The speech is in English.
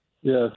Yes